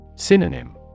Synonym